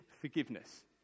forgiveness